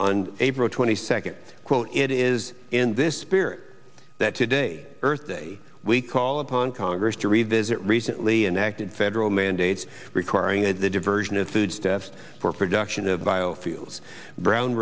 on april twenty second quote it is in this spirit that today earth day we call upon congress to revisit recently enacted federal mandates requiring a diversion of foodstuffs for production of biofuels brown